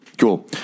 Cool